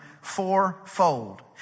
fourfold